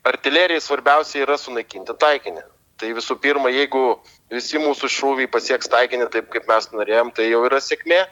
artilerijai svarbiausia yra sunaikinti taikinį tai visų pirma jeigu visi mūsų šūviai pasieks taikinį taip kaip mes norėjom tai jau yra sėkmė